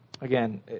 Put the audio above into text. Again